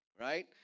right